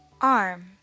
arm